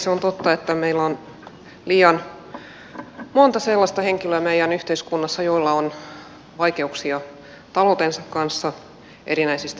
se on totta että meillä on meidän yhteiskunnassamme liian monta sellaista henkilöä joilla on vaikeuksia taloutensa kanssa erinäisistä syistä